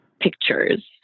pictures